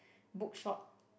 bookshop